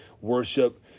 worship